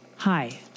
hi